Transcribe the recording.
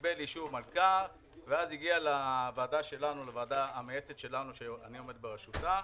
קיבל אישור מלכ"ר ואז הגיע לוועדה המייעצת שלנו שאני עומד בראשותה,